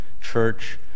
Church